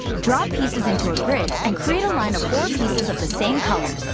drop pieces into a grid and create a line of four pieces of the same color.